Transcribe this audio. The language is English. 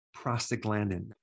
prostaglandin